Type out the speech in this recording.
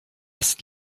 ist